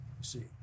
See